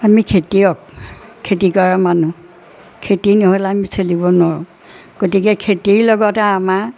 আমি খেতিয়ক খেতি কৰা মানুহ খেতি নহ'লে আমি চলিব নোৱাৰোঁ গতিকে খেতিৰ লগতে আমাৰ